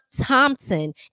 Thompson